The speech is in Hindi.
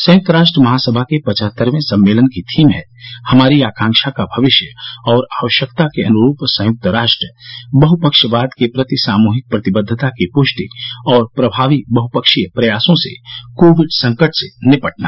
संयुक्त राष्ट्र महासभा के पचहत्तरवें सम्मेलन की थीम है हमारी आकांक्षा का भविष्य और आवश्यकता के अनुरूप संयुक्त राष्ट्र बहुपक्षवाद के प्रति सामूहिक प्रतिदद्वता की पुष्टि और प्रमावी बहुपक्षीय प्रयासों से कोविड संकट से निपटना